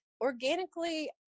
organically